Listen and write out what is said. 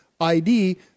ID